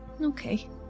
Okay